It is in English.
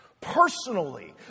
Personally